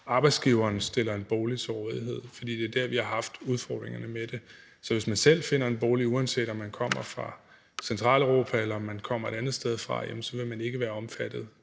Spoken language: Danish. arbejdsgiverne stiller en bolig til rådighed, fordi det er der, hvor vi har haft udfordringerne med det. Så hvis man selv finder en bolig, uanset om man kommer fra Centraleuropa, eller om man kommer fra et andet sted, så vil man ikke være omfattet